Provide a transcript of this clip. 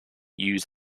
use